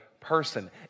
person